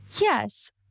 Yes